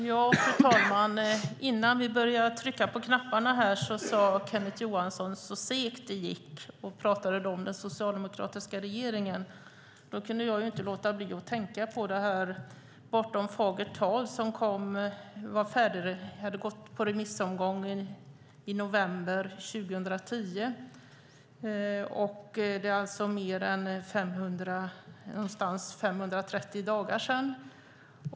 Fru talman! Innan vi började trycka på knapparna sade Kenneth Johansson: Så segt det gick. Han pratade då om den socialdemokratiska regeringen. Då kunde jag inte låta bli att tänka på Bortom fagert tal , som hade varit ute på en remissomgång i november 2010. Det är alltså för ungefär 530 dagar sedan.